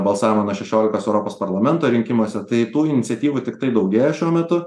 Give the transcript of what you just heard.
balsavimą nuo šešiolikos europos parlamento rinkimuose tai tų iniciatyvų tiktai daugėja šiuo metu